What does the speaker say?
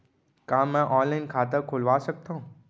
का मैं ऑनलाइन खाता खोलवा सकथव?